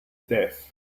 death